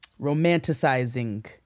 romanticizing